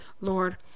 Lord